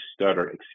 stutter